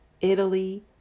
Italy